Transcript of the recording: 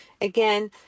Again